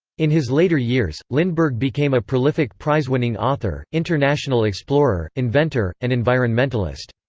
in his later years, lindbergh became a prolific prize-winning author, international explorer, inventor, and environmentalist.